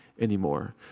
anymore